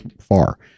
far